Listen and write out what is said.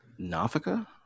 Nafika